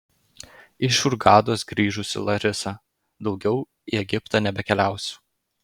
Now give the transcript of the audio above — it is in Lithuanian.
iš hurgados grįžusi larisa daugiau į egiptą nebekeliausiu